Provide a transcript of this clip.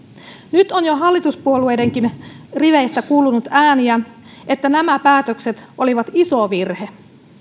nyt on jo hallituspuolueidenkin riveistä kuulunut ääniä että nämä päätökset olivat iso virhe